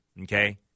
okay